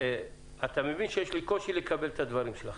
אתה מבין שיש לי קושי לקבל את הדברים שלכם?